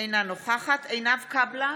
אינה נוכחת עינב קאבלה,